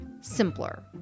simpler